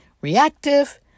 reactive